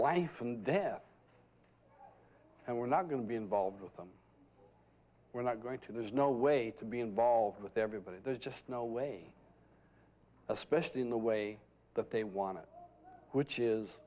life and their and we're not going to be involved with them we're not going to there's no way to be involved with everybody there's just no way especially in the way that they want it which is